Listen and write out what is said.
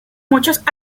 muchos